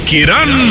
Kiran